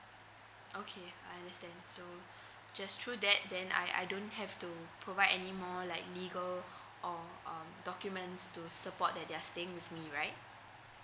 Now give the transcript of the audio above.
okay I understand so just through that then I I don't have to provide any more like legal or um documents to support that they're staying with me right